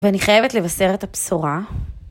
ואני חייבת לבשר את הבשורה.